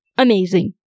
Amazing